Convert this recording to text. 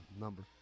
number